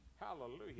Hallelujah